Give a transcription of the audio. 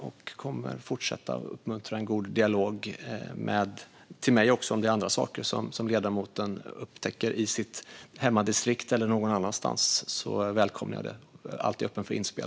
Jag kommer att fortsätta att uppmuntra en god dialog också med mig om det är andra saker som ledamoten upptäcker i sitt hemmadistrikt eller någon annanstans. Jag välkomnar det och är alltid öppen för inspel.